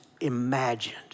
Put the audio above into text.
imagined